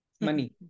money